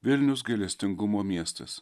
vilnius gailestingumo miestas